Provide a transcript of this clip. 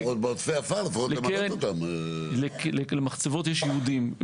אבל בעודפי עפר, לפחות --- למחצבות יש יעודים.